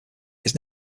his